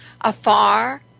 Afar